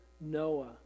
Noah